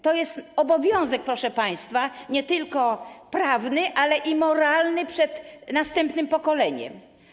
To jest obowiązek, proszę państwa, nie tylko prawny, ale i moralny wobec następnych pokoleń.